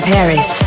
Paris